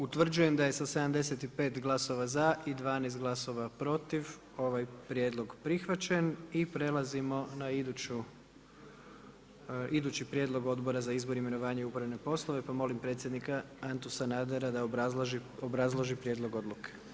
Utvrđujem da je sa 75 glasova za i 12 glasova protiv ovaj prijedlog prihvaćen i prelazimo na idući prijedlog Odbora za izbor, imenovanje i upravne poslove, pa molim predsjednika Antu Sanadera da obrazloži prijedlog odluke.